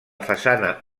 façana